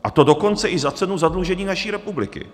A to dokonce i za cenu zadlužení naší republiky.